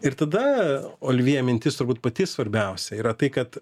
ir tada olivjė mintis turbūt pati svarbiausia yra tai kad